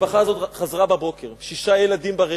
המשפחה הזאת חזרה בבוקר, שישה ילדים ברכב.